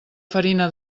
farina